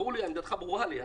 עמדתך ברורה לי.